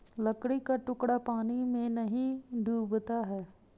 लकड़ी का टुकड़ा पानी में नहीं डूबता है